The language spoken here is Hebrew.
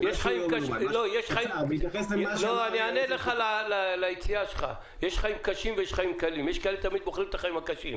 אם היה אפשר על דרך פרשנות כלשהי בחוק הקורונה,